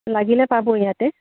লাগিলে পাব ইয়াতে